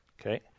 Okay